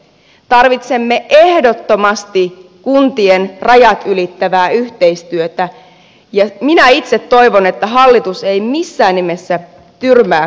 tarvitsemme ehdottomasti kuntien rajat ylittävää yhteistyötä ja minä itse toivon että hallitus ei missään nimessä tyrmää tätä asiaa